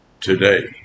today